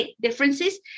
differences